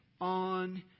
on